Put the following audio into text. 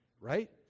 Right